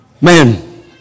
Man